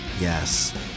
yes